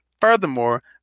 furthermore